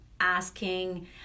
asking